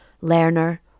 learner